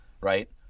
right